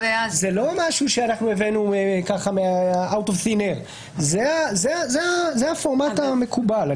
זה לא משהו שאנחנו הבאנו סתם אלא זה הפורמט המקובל.